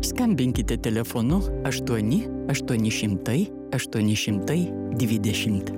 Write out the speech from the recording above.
skambinkite telefonu aštuoni aštuoni šimtai aštuoni šimtai dvidešimt